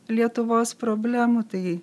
lietuvos problemų tai